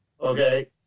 okay